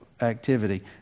activity